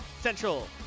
Central